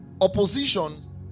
Oppositions